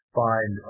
find